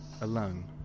alone